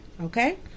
Okay